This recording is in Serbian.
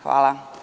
Hvala.